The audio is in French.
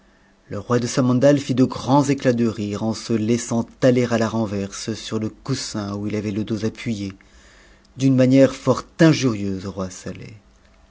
le roi de samandal fit de grands éclats de rire en su laissant aller à la renverse sur e coussin où il avait le dos appuyé pt d'une manière fort injurieuse au roi saleh